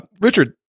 Richard